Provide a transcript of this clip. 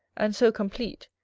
and so complete,